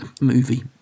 movie